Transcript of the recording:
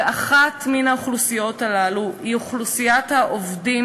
אחת מן האוכלוסיות הללו היא אוכלוסיית העובדים